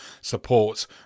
support